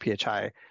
PHI